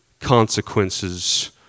consequences